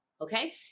okay